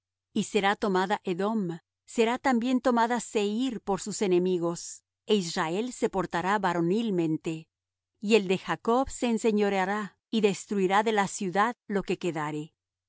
y será tomada edom será también tomada seir por sus enemigos e israel se portará varonilmente y el de jacob se enseñoreará y destruirá de la ciudad lo que quedare